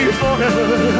forever